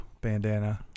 bandana